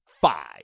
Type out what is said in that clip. Five